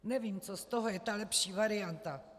Nevím, co z toho je ta lepší varianta.